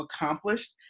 accomplished